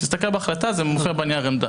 תסתכל בהחלטה, זה מופיע בנייר העמדה.